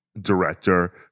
director